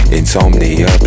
Insomnia